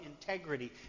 integrity